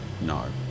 no